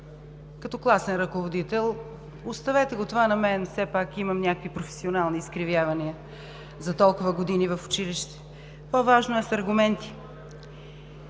като класен ръководител. Оставете го това на мен. Все пак имам някакви професионални изкривявания за толкова години в училище. По-важно е с аргументи.